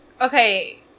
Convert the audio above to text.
Okay